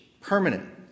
Permanent